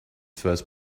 first